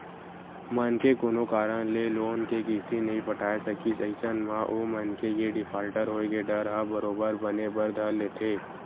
मनखे कोनो कारन ले लोन के किस्ती नइ पटाय सकिस अइसन म ओ मनखे के डिफाल्टर होय के डर ह बरोबर बने बर धर लेथे